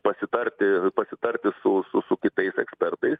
pasitarti pasitarti su su su kitais ekspertais